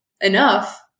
enough